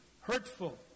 hurtful